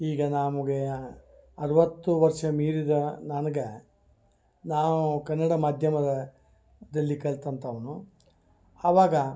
ಈಗ ನಮುಗೆಯ ಅರವತ್ತು ವರ್ಷ ಮೀರಿದ ನನ್ಗೆ ನಾವು ಕನ್ನಡ ಮಾಧ್ಯಮದಲ್ಲಿ ಕಲಿತಂತವ್ನು ಅವಾಗ